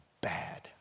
bad